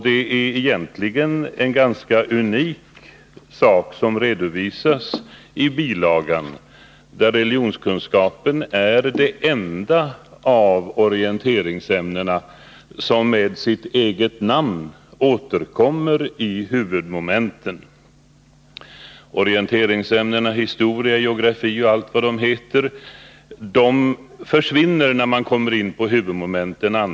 Det är egentligen en ganska unik sak som redovisas i bilagan, där religionskunskapen är det enda av orienteringsämnena som med sitt eget namn återkommer i huvudmomenten. Orienteringsämnena historia, geografi och allt vad de heter försvinner när man kommer in på huvudmomenten.